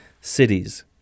cities